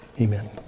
Amen